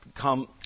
come